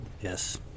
Yes